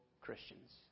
Christians